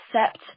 accept